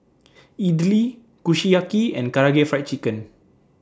Idili Kushiyaki and Karaage Fried Chicken